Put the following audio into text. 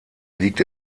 liegt